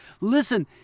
Listen